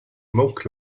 milk